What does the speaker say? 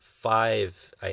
five